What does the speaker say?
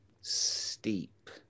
steep